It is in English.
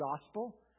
Gospel